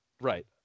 Right